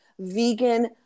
vegan